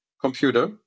computer